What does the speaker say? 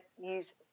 use